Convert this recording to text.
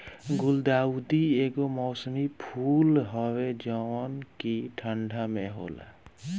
गुलदाउदी एगो मौसमी फूल हवे जवन की ठंडा में होला